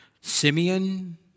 Simeon